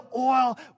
Oil